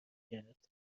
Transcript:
کرد